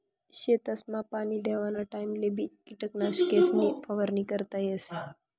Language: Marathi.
शेतसमा पाणी देवाना टाइमलेबी किटकनाशकेसनी फवारणी करता येस